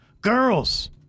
Girls